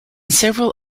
several